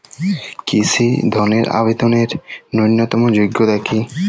কৃষি ধনের আবেদনের ন্যূনতম যোগ্যতা কী?